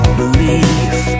belief